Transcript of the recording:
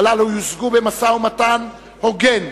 הללו יושגו במשא-ומתן הוגן,